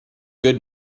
good